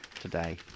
today